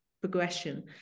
progression